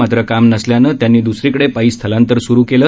मात्र काम नसल्यानं त्यांनी दसरीकडे पायी स्थलांतर सुरू केलं